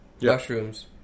mushrooms